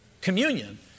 communion